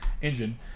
engine